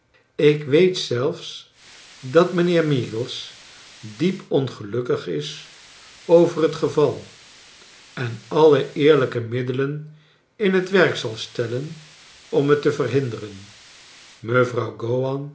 ik weet zelfs dat mijnheer meagles diep ongelukkig is over het geval en alle eerlijke middelen in het werk zal stellen om het te verhinderen mevrouw